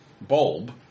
Bulb